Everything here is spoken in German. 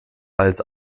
als